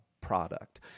product